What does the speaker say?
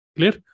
Clear